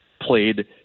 played